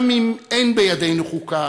גם אם אין בידינו חוקה,